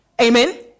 Amen